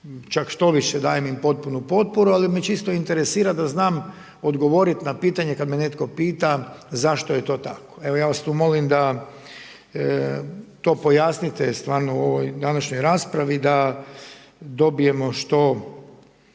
čak štoviše dajem im potpunu potporu ali me čisto interesira da znam odgovoriti na pitanje kada me netko pita zašto je to tako. Evo ja vas tu molim da to pojasnite stvarno u ovoj današnjoj raspravi da dobijemo što